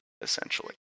essentially